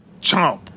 Chomp